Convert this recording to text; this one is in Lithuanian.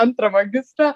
antrą magistrą